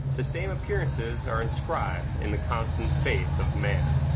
the same appearances are inscribed in the constant faith of man?